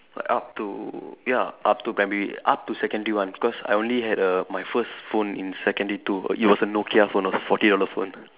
like up to ya up to primary up to secondary one cause I only had a my first phone in secondary two it was a Nokia phone a forty dollar phone